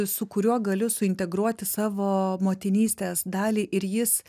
su kuriuo galiu suintegruoti savo motinystės dalį ir jis